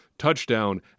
touchdown